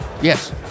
Yes